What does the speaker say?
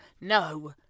no